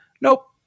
Nope